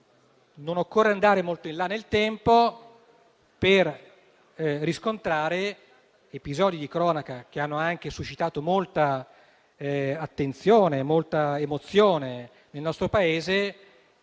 non occorre andare molto in là nel tempo per riscontrare episodi di cronaca, che hanno suscitato molta attenzione e molta emozione nel nostro Paese,